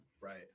Right